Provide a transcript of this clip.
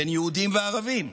בין יהודים לערבים,